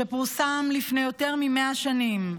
שפורסם לפני יותר ממאה שנים,